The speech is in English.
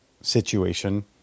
situation